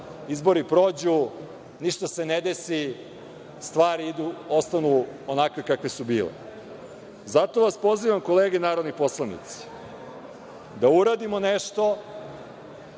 izbori prođu, ništa se ne desi, stvari ostanu onakve kakve su bile. Zato vas pozivam kolege narodni poslanici da uradimo nešto,